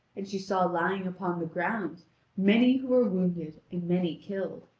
and she saw lying upon the ground many who were wounded and many killed,